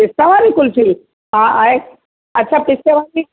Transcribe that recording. पिस्ता वारी कुल्फी हा आहे अच्छा पिस्ते वारी